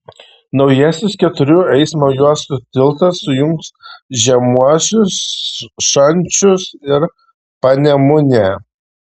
naujasis keturių eismo juostų tiltas sujungs žemuosius šančius ir panemunę